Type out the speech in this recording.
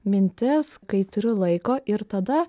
mintis kai turiu laiko ir tada